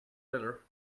letter